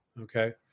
okay